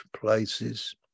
places